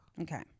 Okay